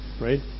right